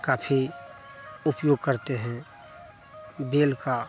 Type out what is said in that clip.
काफी उपयोग करते हैं बेल का